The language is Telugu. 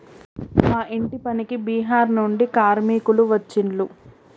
మా ఇంటి పనికి బీహార్ నుండి కార్మికులు వచ్చిన్లు